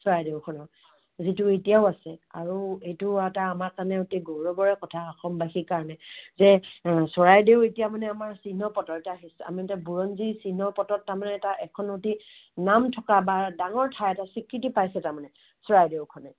চৰাইদেউখনত যিটো এতিয়াও আছে আৰু এইটো এটা আমাৰ কাৰণে গৌৰৱৰে কথা অসমবাসীৰ কাৰণে যে চৰাইদেউ এতিয়া আমাৰ চিহ্নপথৰ এতিয়া আমাৰ এতিয়া বুৰঞ্জী চিহ্নপথত তাৰমানে এটা এখন অতি নাম থকা বা ডাঙৰ ঠাই স্বীকৃতি পাইছে তাৰমানে চৰাইদেউখনে